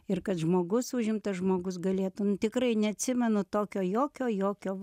ir kad žmogus užimtas žmogus galėtum tikrai neatsimenu tokio jokio jokio